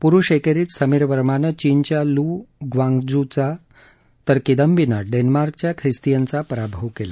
पुरूष एकेरीत समीर वर्मानं चीनच्या लू ग्वॉनजूचा तर किदम्बीनं डेन्मार्कच्या ख्रिस्तीयनचा पराभव केला